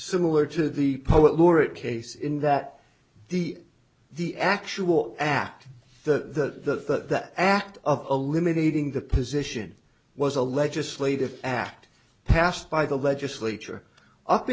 similar to the poet laureate case in that the the actual act the that act of eliminating the position was a legislative act passed by the legislature up